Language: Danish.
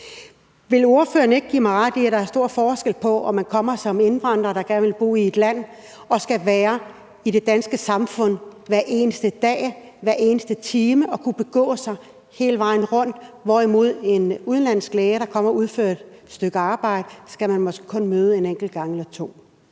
Vil ordføreren ikke give mig ret i, at der er stor forskel på, om man kommer som indvandrer, der gerne vil bo i et land og skal være i det danske samfund hver eneste dag, hver eneste time og kunne begå sig hele vejen rundt, eller om man skal møde en udenlandsk læge, der kommer og udfører et stykke arbejde, en enkelt gang eller to?